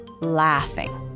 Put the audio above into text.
laughing